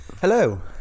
Hello